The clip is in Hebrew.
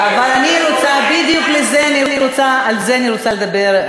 בדיוק על זה אני רוצה לדבר,